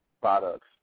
products